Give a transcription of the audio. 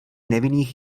nevinných